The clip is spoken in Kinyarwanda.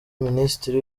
minisitiri